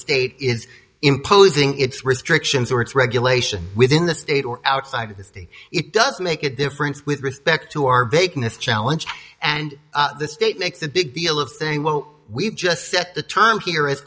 state is imposing its restrictions or its regulation within the state or outside of the city it does make a difference with respect to our baking the challenge and the state makes a big deal of saying well we just set the terms here is